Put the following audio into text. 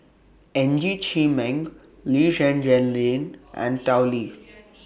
Ng Chee Meng Lee Zhen Zhen Jane and Tao Li